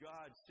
God